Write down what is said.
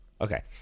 Okay